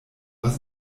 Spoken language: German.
was